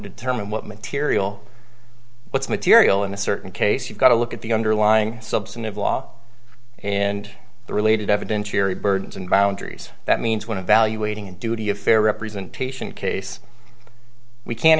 determine what material what's material in a certain case you've got to look at the underlying substantive law and the related evidentiary burdens and boundaries that means when evaluating and duty of fair representation in case we can't